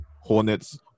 hornets